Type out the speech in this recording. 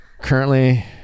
currently